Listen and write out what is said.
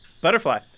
Butterfly